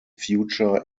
future